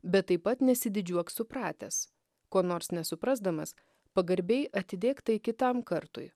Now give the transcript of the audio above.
bet taip pat nesididžiuok supratęs ko nors nesuprasdamas pagarbiai atidėk tai kitam kartui